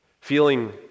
Feeling